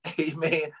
Amen